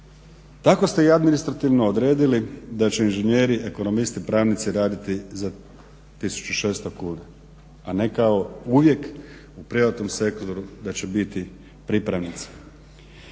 Tako ste i administrativno odredili da će inženjeri, ekonomisti, pravnici raditi za 1600 kuna, a ne kao uvijek u privatnom sektoru da će biti pripravnici.